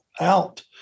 out